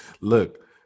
Look